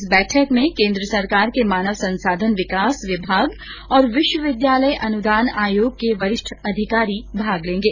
इस बैठक में केन्द्र सरकार के मानव संसाधन विकास विभाग और विश्वविद्यालय अनुदान आयोग के वरिष्ठ अधिकारी भाग लेंगे